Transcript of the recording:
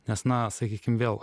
nes na sakykim vėl